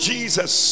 Jesus